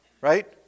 right